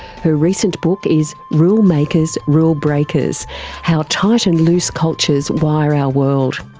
her recent book is rule makers, rule breakers how tight and loose cultures wire our world.